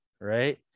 right